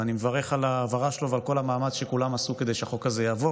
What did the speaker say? ואני מברך על ההעברה שלו ועל כל המאמץ שכולם עשו כדי שהחוק הזה יעבור.